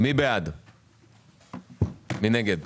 מי נגד?